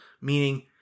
Meaning